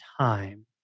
time